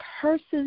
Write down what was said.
person's